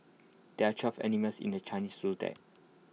there are twelve animals in the Chinese Zodiac